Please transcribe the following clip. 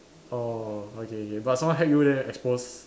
orh okay okay but someone hack you then expose